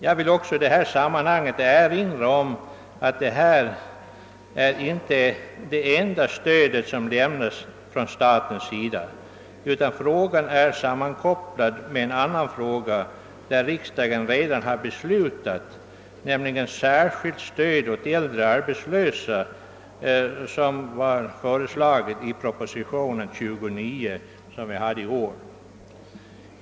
Jag vill också i detta sammanhang erinra om att detta inte är det enda stöd som lämnas från statens sida, utan det är sammankopplat med en annan fråga som riksdagen nyligen har tagit ställning till, nämligen det särskilda stöd till äldre arbetslösa som föreslogs i proposition nr 29.